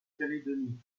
calédonie